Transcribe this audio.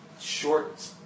Short